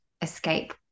escape